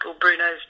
Bruno's